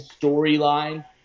storyline